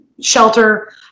shelter